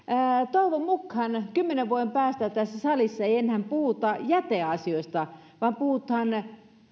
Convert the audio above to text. toivon mukaan kymmenen vuoden päästä tässä salissa ei enää puhuta jäteasioista vaan puhutaan